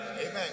Amen